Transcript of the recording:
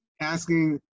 asking